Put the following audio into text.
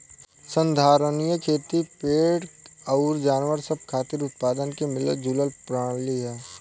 संधारनीय खेती पेड़ अउर जानवर सब खातिर उत्पादन के मिलल जुलल प्रणाली ह